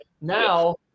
Now